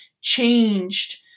changed